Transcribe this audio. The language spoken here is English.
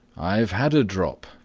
i've had a drop,